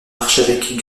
archevêque